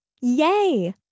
Yay